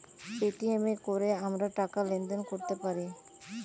Paytm এ কোরে আমরা টাকা লেনদেন কোরতে পারি